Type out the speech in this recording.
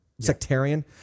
Sectarian